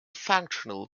functional